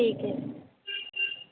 ਠੀਕ ਹੈ